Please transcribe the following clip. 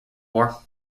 war